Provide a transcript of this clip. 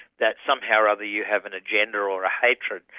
that somehow or other you have an agenda or a hatred.